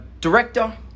director